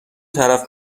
طرف